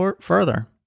further